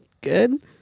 good